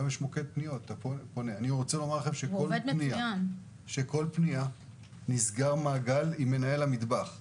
אני רוצה לומר שכל פניה נסגר מעגל עם מנהל המטבח.